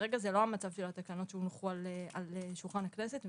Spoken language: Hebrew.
וכרגע זה לא המצב של התקנות שהונחו על שולחן הכנסת.